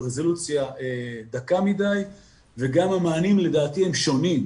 רזולוציה דקה מדי וגם המענים לדעתי הם שונים.